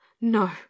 No